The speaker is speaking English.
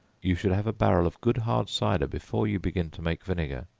you should have a barrel of good hard cider before you begin to make vinegar.